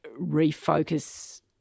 refocus